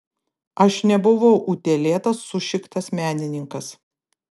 aš nebuvau utėlėtas sušiktas menininkas